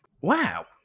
Wow